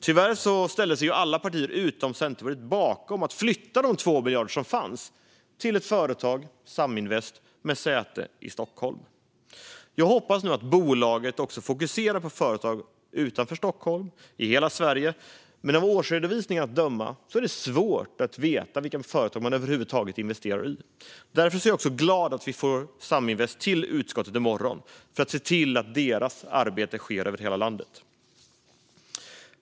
Tyvärr ställde sig alla partier utom Centerpartiet bakom en flytt av de 2 miljarder som fanns till ett företag - Saminvest - med säte i Stockholm. Jag hoppas nu att bolaget också fokuserar på företag utanför Stockholm, i hela Sverige, men det är svårt att utifrån årsredovisningarna få reda på vilka företag man över huvud taget investerar i. Jag är därför glad över att Saminvest kommer till utskottet i morgon så att vi kan se till att deras arbete sker över hela landet.